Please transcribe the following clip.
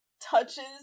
touches